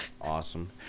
Awesome